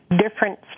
different